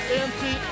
empty